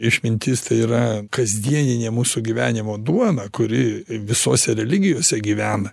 išmintis tai yra kasdieninė mūsų gyvenimo duona kuri visose religijose gyvena